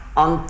on